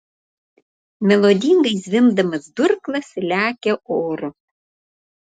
melodingai zvimbdamas durklas lekia oru